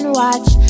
watch